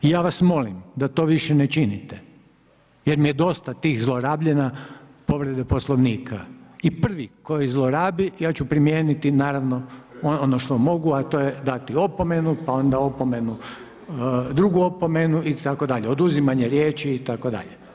Ja vas molim da to više ne činite jer mi je dosta tih zlorabljenja povrede Poslovnika i prvi koji zlorabi, ja ću primijeniti naravno ono što mogu a to je dati opomenu pa onda drugu opomenu itd., oduzimanje riječi itd.